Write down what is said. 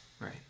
Right